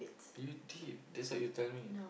you did that's what you tell me